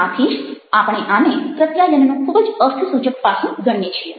આથી જ આને આપણે પ્રત્યાયનનું ખૂબ જ અર્થસૂચક પાસું ગણીએ છીએ